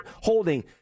holding